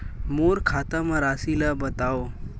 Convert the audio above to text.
मोर खाता म राशि ल बताओ?